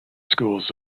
schools